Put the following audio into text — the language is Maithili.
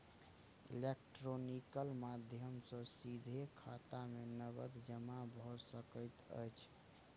इलेक्ट्रॉनिकल माध्यम सॅ सीधे खाता में नकद जमा भ सकैत अछि